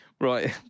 right